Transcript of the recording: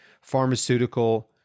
pharmaceutical